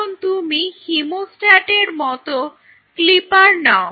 এখন তুমি হিমোস্টাট এর মত ক্লিপার নাও